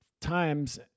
times